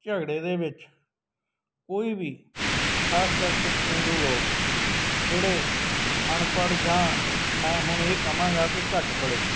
ਝਗੜੇ ਦੇ ਵਿੱਚ ਕੋਈ ਵੀ ਖਾਸ ਕਰਕੇ ਪੇਂਡੂ ਲੋਕ ਜਿਹੜੇ ਅਨਪੜ੍ਹ ਜਾਂ ਮੈਂ ਹੁਣ ਇਹ ਕਵਾਂਗਾ ਕਿ ਘੱਟ ਪੜ੍ਹੇ